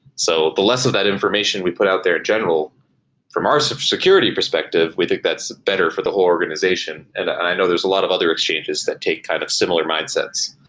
so the less of that information we put out there in general from our so security perspective, we think that's better for the whole organization. and i know there's a lot of other exchanges that take kind of similar mindsets